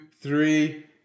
three